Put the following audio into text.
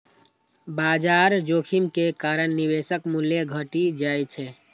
बाजार जोखिम के कारण निवेशक मूल्य घटि जाइ छै